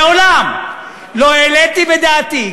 מעולם לא העליתי בדעתי,